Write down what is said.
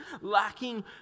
lacking